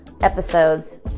episodes